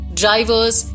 drivers